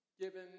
Given